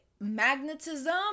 magnetism